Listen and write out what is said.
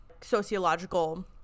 sociological